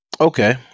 Okay